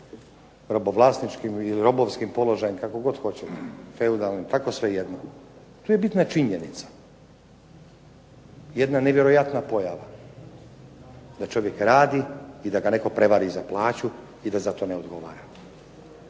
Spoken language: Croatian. robovlasničkim ili robovskim položajem, kako god hoćemo, feudalnim, tako svejedno. Tu je bitna činjenica, jedna nevjerojatna pojava da čovjek radi i da ga netko prevari za plaću i da zato ne odgovara.